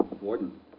Warden